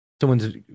someone's